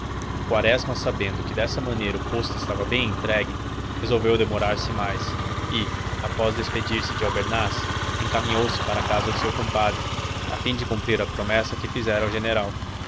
quaresma sabendo que dessa maneira o posto estava bem entregue resolveu demorar-se mais e após despedir-se de albernaz encaminhou-se para a casa do seu compadre a fim de cumprir a promessa que fizera ao general